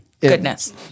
goodness